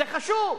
זה חשוב,